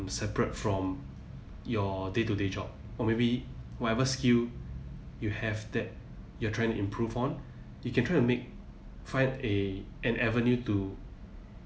separate from your day to day job or maybe whatever skill you have that you are trying to improve on you can try to make find a an avenue to